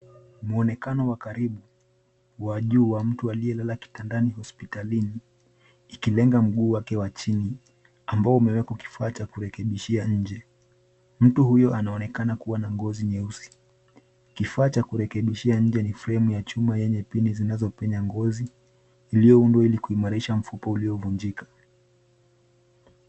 Mwonekano wa karibu wa juu wa mtu aliyelala kitandani hospitalini, ikilenga mguu wake wa chini ambao umewekwa kifaa cha kurekebishia nje. Mtu huyu anaonekana kuwa na ngozi nyeusi. Kifaa cha kurekebishia nje ni fremu ya chuma yenye pini zinazopenya ngozi iliyoundwa ilikuimarisha mfupa uliovunjika.